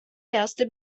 erste